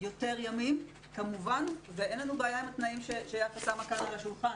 יותר ימים ואין לנו בעיה עם התנאים שיפה בן דוד שמה כאן על השולחן,